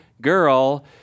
girl